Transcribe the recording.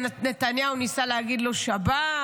נתניהו ניסה להגיד לו: שבת,